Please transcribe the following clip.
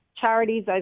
charities